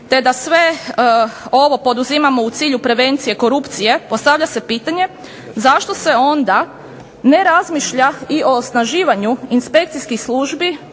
te da sve ovo poduzimamo u cilju prevencije korupcije postavlja se pitanje, zašto se onda ne razmišlja i o osnaživanju inspekcijskih službi